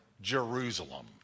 Jerusalem